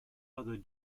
other